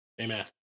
Amen